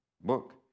book